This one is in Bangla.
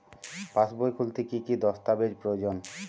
পাসবই খুলতে কি কি দস্তাবেজ প্রয়োজন?